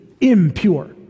impure